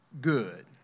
good